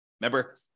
Remember